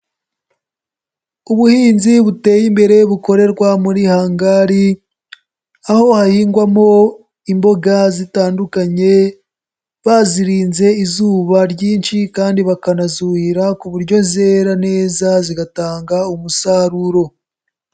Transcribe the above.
Ubuhinzi buteye imbere bukorerwa muri hangari. Aho hahingwamo imboga zitandukanye bazirinze izuba ryinshi kandi bakanazuhira ku buryo zera neza zigatanga umusaruro.